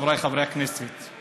חבריי חברי הכנסת,